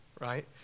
right